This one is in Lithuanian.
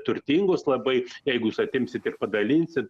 turtingus labai jeigu jūs atimsit ir padalinsit